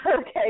Okay